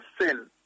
sin